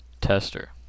tester